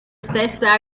stessa